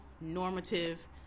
normative